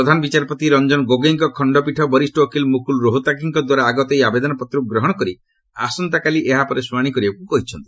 ପ୍ରଧାନ ବିଚାରପତି ରଞ୍ଜନ ଗୋଗୋଇଙ୍କ ଖଣ୍ଡପୀଠ ବରିଷ୍ଠ ଓକିଲ ମୁକୁଲ ରୋହତାଗୀଙ୍କ ଦ୍ୱାରା ଆଗତ ଏହି ଆବେଦନକୁ ଗ୍ରହଣ କରି ଆସନ୍ତାକାଲି ଏହା ଉପରେ ଶୁଣାଣି କରିବାକୁ କହିଛନ୍ତି